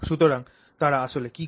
সুতরাং তারা আসলে কী করে